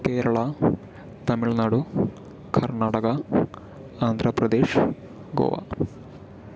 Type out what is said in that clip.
Kerala Tamil Nadu Karnataka Andhra Pradesh Goa